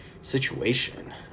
Situation